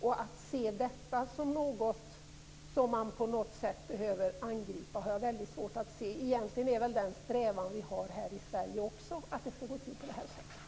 Att detta ses som något som man på något sätt behöver angripa har jag väldigt svårt att förstå. Egentligen är det väl den strävan vi har här i Sverige också att det skall gå till på det sättet.